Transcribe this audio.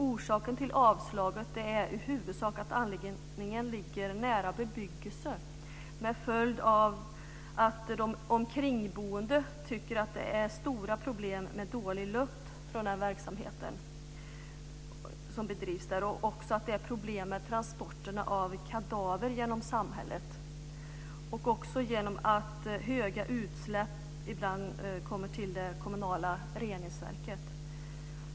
Orsaken till avslaget är i huvudsak att anläggningen ligger nära bebyggelsen med följden att de omkringboende tycker att det är stora problem med dålig lukt från den verksamhet som bedrivs där och också att det är ett problem med transporterna av kadaver genom samhället och genom att höga utsläpp ibland kommer till det kommunala reningsverket.